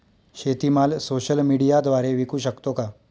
शेतीमाल सोशल मीडियाद्वारे विकू शकतो का?